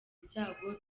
ibyago